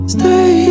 Stay